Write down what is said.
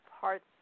parts